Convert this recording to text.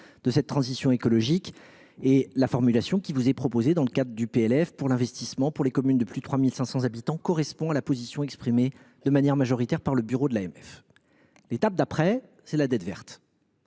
de la transition écologique. La formulation proposée dans le PLF pour l’investissement dans les communes de plus de 3 500 habitants correspond à la position exprimée de manière majoritaire par le bureau de l’AMF. L’étape d’après, c’est la dette verte.